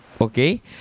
okay